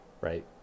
right